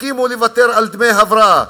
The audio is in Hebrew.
הסכימו לוותר על דמי הבראה.